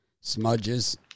smudges